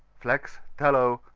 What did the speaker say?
flax, tallow,